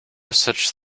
such